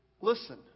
Listen